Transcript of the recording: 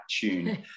tune